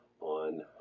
on